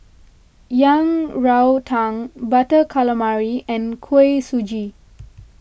Yang Rou Tang Butter Calamari and Kuih Suji